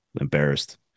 Embarrassed